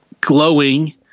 glowing